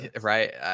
Right